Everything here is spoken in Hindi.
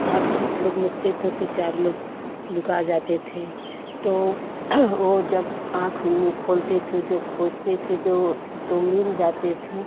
आँख एक लोग मूंदते थे तो चार लोग लुका जाते थे तो ओ जब आँख मुँह खोलते थे जो खोजते थे जो तो मिल जाते थे